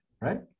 right